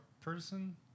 person